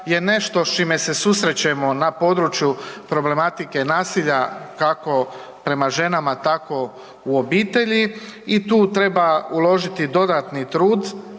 je nešto s čime se susrećemo na području problematike nasilja kako prema ženama tako u obitelji i tu treba uložiti dodatni trud